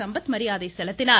சம்பத் மரியாதை செலுத்தினார்